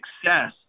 success